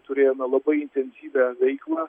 turėjome labai intensyvią veiklą